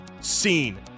scene